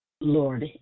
Lord